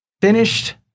finished